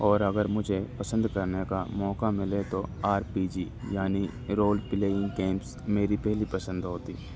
اور اگر مجھے پسند کرنے کا موقع ملے تو آر پی جی یعنی رول پلئنگ گیمس میری پہلی پسند ہوتی